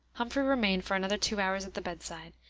humphrey remained for another two hours at the bedside,